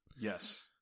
Yes